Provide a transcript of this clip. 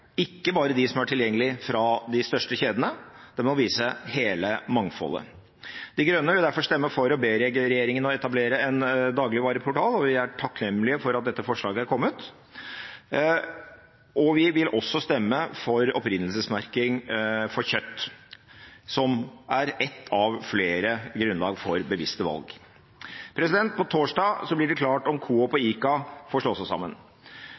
ikke bare de som er tilgjengelige fra de største kjedene – den må vise hele mangfoldet. Miljøpartiet De Grønne vil derfor stemme for å be regjeringen om å etablere en dagligvareportal, og vi er takknemlige for at dette forslaget er kommet. Vi vil også stemme for opprinnelsesmerking av kjøtt, som er ett av flere grunnlag for bevisste valg. På torsdag blir det klart om Coop og ICA får slå seg sammen.